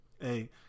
Hey